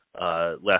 Last